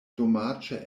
domaĝe